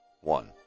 one